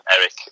Eric